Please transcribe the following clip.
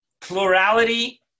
plurality